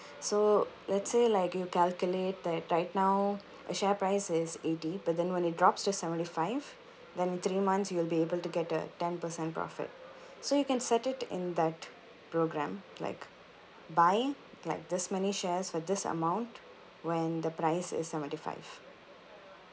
so let's say like you calculate that right now a share price is eighty but then when it drops to seventy-five then three months you will be able to get a ten percent profit so you can set it in that program like buy like this many shares with this amount when the price is seventy-five